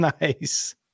Nice